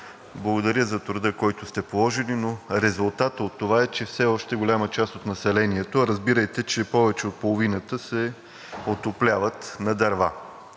Благодаря за труда, който сте положили, но резултат от това е, че все още голяма част от населението, а разбирайте, че повече от половината се отопляват с дърва.